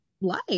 life